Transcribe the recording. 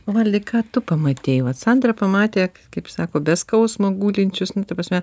valdai ką tu pamatei vat sandra pamatė kaip sako be skausmo gūlinčius nu ta prasme